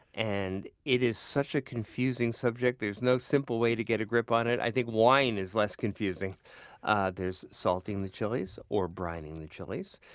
and it is such a confusing subject. there's no simple way to get a grip on it. i think wine is less confusing ah there's salting the chiles or brining the chiles.